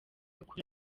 akura